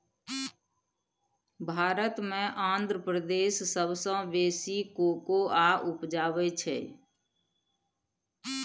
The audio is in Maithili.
भारत मे आंध्र प्रदेश सबसँ बेसी कोकोआ उपजाबै छै